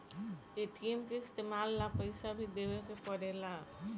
ATM के इस्तमाल ला पइसा भी देवे के पड़ेला